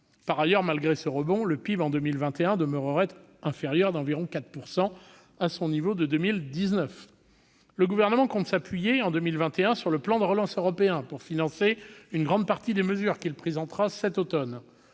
Par ailleurs, malgré ce rebond, le PIB demeurerait en 2021 inférieur d'environ 4 % à son niveau de 2019. Le Gouvernement compte s'appuyer en 2021 sur le plan de relance européen pour financer une grande partie des mesures qu'il présentera cet automne.